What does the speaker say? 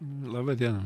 laba diena